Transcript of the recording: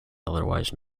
otherwise